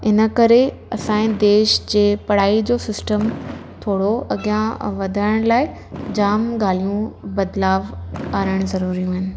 इन करे असांजे देश जे पढ़ाईअ जो स्सिटम थोरो अॻियां वधाइण लाइ जामु ॻाल्हियूं बदिलाव आणणु ज़रूरी आहिनि